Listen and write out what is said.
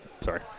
sorry